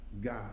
God